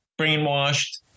brainwashed